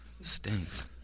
stinks